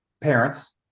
parents